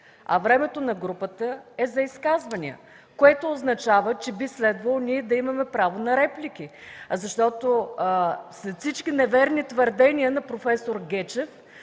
а времето на групата е за изказвания, което означава, че би следвало ние да имаме право на реплики. След всички неверни твърдения на проф. Гечев